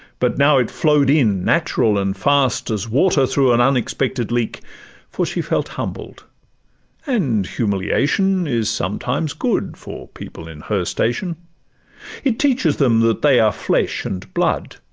but now it flow'd in natural and fast, as water through an unexpected leak for she felt humbled and humiliation is sometimes good for people in her station it teaches them that they are flesh and blood,